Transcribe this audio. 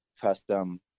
custom